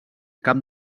camp